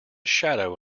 shadow